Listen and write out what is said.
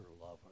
lover